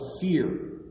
fear